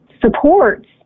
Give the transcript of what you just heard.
supports